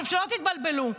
שלא תתבלבלו,